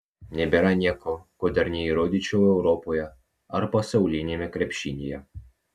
nebėra nieko ko dar neįrodžiau europoje ar pasauliniame krepšinyje